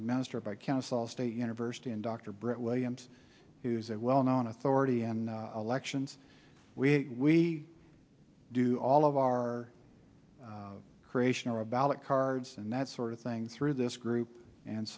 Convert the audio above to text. administered by councils state university and dr brant williams who's a well known authority in elections we do all of our creation or a ballot cards and that sort of thing through this group and